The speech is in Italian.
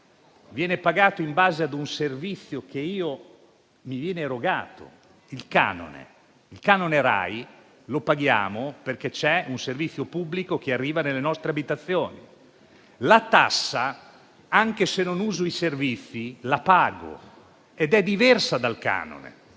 viene pagato in base a un servizio che mi viene erogato. Il canone Rai lo paghiamo perché c'è un servizio pubblico che arriva nelle nostre abitazioni. La tassa, anche se non uso i servizi, la pago ed è quindi cosa diversa dal canone.